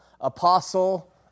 Apostle